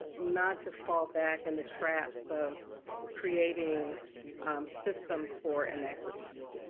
but not to fall back in the traps of creating systems for inequity.